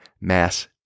mass